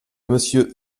monsieur